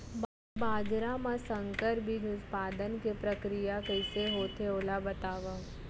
बाजरा मा संकर बीज उत्पादन के प्रक्रिया कइसे होथे ओला बताव?